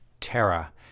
Terra